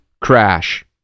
crash